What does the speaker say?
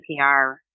npr